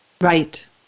Right